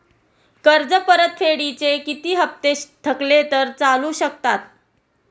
कर्ज परतफेडीचे किती हप्ते थकले तर चालू शकतात?